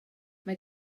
mae